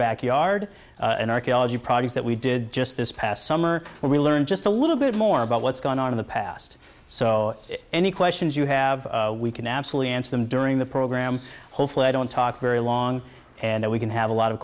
backyard and archaeology projects that we did just this past summer where we learned just a little bit more about what's going on in the past so any questions you have we can absolutely answer them during the program hopefully i don't talk very long and we can have a lot of